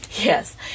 yes